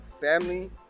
family